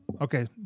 Okay